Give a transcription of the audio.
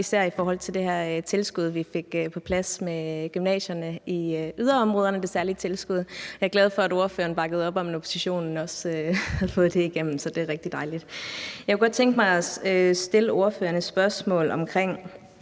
især i forhold til det her særlige tilskud til gymnasierne i yderområderne, vi fik på plads. Jeg er glad for, at ordføreren bakkede op om, at oppositionen også kunne få det igennem, så det er rigtig dejligt. Jeg kunne godt tænke mig at stille ordføreren et spørgsmål om